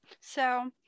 So-